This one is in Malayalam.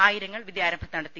ആയിരങ്ങൾ വിദ്യാരംഭം നടത്തി